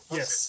Yes